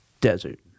Desert